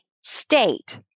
state